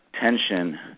tension